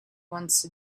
once